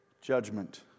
judgment